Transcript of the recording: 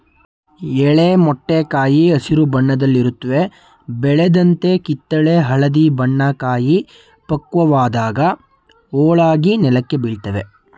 ಎಳೆ ಮೊಟ್ಟೆ ಕಾಯಿ ಹಸಿರು ಬಣ್ಣದಲ್ಲಿರುತ್ವೆ ಬೆಳೆದಂತೆ ಕಿತ್ತಳೆ ಹಳದಿ ಬಣ್ಣ ಕಾಯಿ ಪಕ್ವವಾದಾಗ ಹೋಳಾಗಿ ನೆಲಕ್ಕೆ ಬೀಳ್ತವೆ